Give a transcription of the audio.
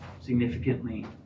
significantly